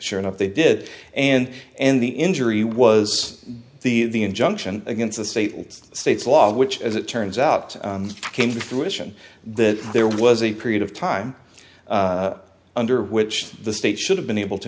sure enough they did and and the injury was the injunction against the state state's law which as it turns out came to fruition that there was a period of time under which the state should have been able to